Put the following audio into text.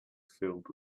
filled